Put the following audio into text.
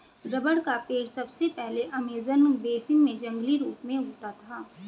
rubber का पेड़ सबसे पहले अमेज़न बेसिन में जंगली रूप से उगता था